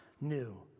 new